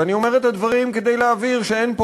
ואני אומר את הדברים כדי להבהיר שאין פה